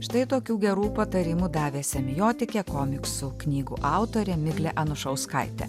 štai tokių gerų patarimų davė semiotikė komiksų knygų autorė miglė anušauskaitė